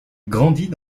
grandit